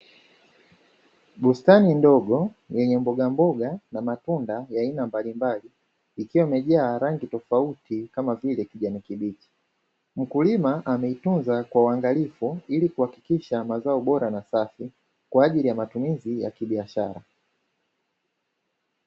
Bustani ndogo yenye mboga mboga na matunda ya aina mbalimbali ikiwa imejaa rangi tofauti kama vile kijani kibichi, mkulima ameitunza kwa uangalifu ili kuhakikisha mazao bora na safi kwajili ya matumizi ya kibiashara.